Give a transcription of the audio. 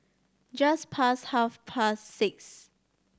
just past half past six